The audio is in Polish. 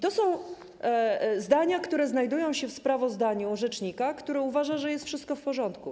To są zdania, które znajdują się w sprawozdaniu rzecznika, który uważa, że jest wszystko w porządku.